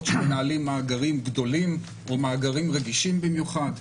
שמנהלים מאגרים גדולים או מאגרים רגישים במיוחד.